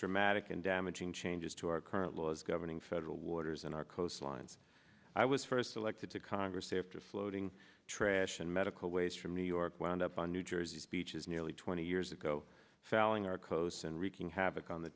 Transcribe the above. dramatic and damaging changes to our current laws governing federal waters and our coastlines i was first elected to congress after floating trash and medical waste from new york wound up on new jersey speeches nearly twenty years ago failing our coasts and wreaking havoc on the